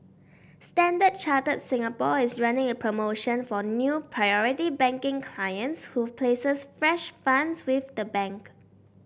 Standard Chartered Singapore is running a promotion for new Priority Banking clients who places fresh funds with the bank